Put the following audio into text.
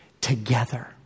together